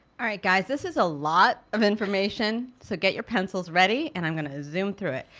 all right guys this is a lot of information, so get your pencils ready and i'm gonna zoom through it.